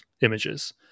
images